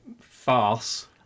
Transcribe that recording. farce